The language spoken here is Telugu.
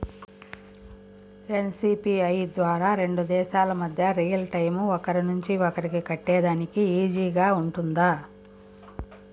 ఎన్.సి.పి.ఐ ద్వారా రెండు దేశాల మధ్య రియల్ టైము ఒకరి నుంచి ఒకరికి కట్టేదానికి ఈజీగా గా ఉంటుందా?